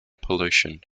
pollution